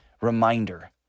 reminder